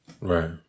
Right